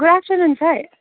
good afternoon sir